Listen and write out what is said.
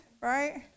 right